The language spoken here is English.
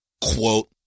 Quote